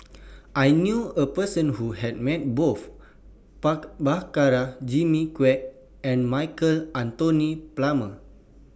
I knew A Person Who has Met Both Prabhakara Jimmy Quek and Michael Anthony Palmer